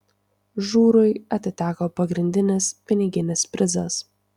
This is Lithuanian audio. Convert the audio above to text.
žurui atiteko pagrindinis piniginis prizas